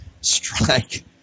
Strike